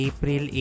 April